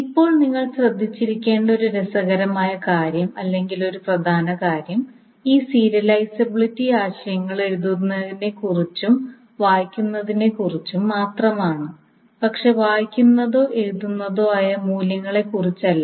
ഇപ്പോൾ നിങ്ങൾ ശ്രദ്ധിച്ചിരിക്കേണ്ട ഒരു രസകരമായ കാര്യം അല്ലെങ്കിൽ ഒരു പ്രധാന കാര്യം ഈ സീരിയലൈസബിലിറ്റി ആശയങ്ങൾ എഴുതുന്നതിനെക്കുറിച്ചും വായിക്കുന്നതിനെക്കുറിച്ചും മാത്രമാണ് പക്ഷേ വായിക്കുന്നതോ എഴുതുന്നതോ ആയ മൂല്യങ്ങളെക്കുറിച്ചല്ല